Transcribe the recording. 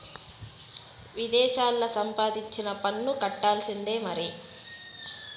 విదేశాల్లా సంపాదించినా పన్ను కట్టాల్సిందే మరి